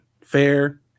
fair